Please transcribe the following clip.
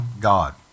God